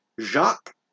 Jacques